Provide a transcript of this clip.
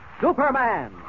Superman